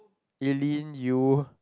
Elaine you